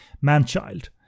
man-child